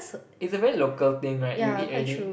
it's a very local thing right you eat already